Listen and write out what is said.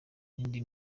n’indi